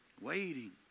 Waiting